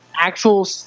actual